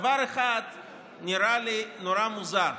דבר אחד נראה לי נורא מוזר,